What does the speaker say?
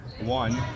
One